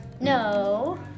No